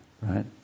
right